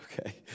Okay